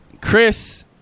Chris